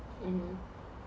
mmhmm